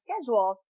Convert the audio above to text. schedule